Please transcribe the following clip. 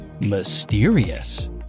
Mysterious